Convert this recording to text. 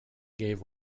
gave